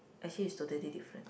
actually is totally different